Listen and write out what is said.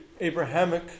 Abrahamic